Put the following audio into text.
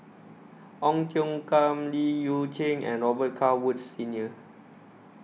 Ong Tiong Khiam Li Yu Cheng and Robet Carr Woods Senior